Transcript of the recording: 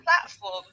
platform